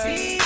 See